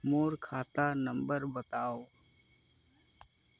मोर खाता नम्बर बताव?